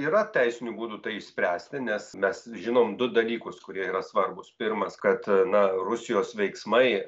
yra teisinių būdų tai išspręsti nes mes žinom du dalykus kurie yra svarbūs pirmas kad na rusijos veiksmai